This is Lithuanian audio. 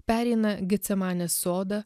pereina getsemanės sodą